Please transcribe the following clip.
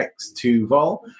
X2Vol